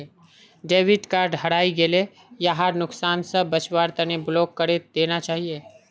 debit card हरई गेला यहार नुकसान स बचवार तना ब्लॉक करे देना चाहिए